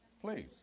Please